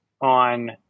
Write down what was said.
on